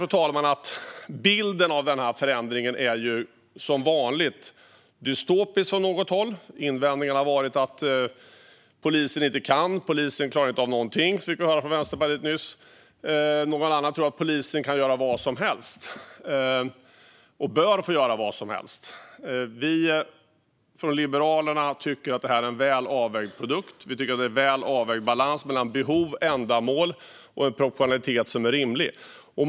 Som vanligt är bilden av förändringen dystopisk från något håll. Invändningen har varit att polisen inte kan och inte klarar av något. Det fick vi höra från Vänsterpartiet nyss. Någon annan tror att polisen kan göra vad som helst och bör få göra vad som helst. Från Liberalernas sida tycker vi att det här är en väl avvägd produkt. Vi tycker att det är en väl avvägd balans mellan behov och ändamål och en proportionalitet som är rimlig.